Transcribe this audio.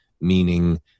meaning